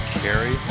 carry